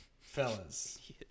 fellas